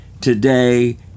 today